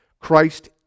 Christ